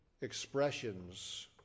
Expressions